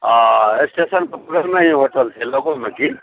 आ स्टेशनपर पुराना ही होटल छै लगोमे की